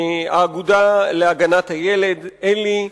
האגודה להגנת הילד, אל"י.